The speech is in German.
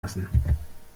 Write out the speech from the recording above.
lassen